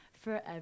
Forever